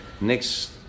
next